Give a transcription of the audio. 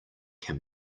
can